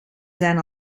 zijn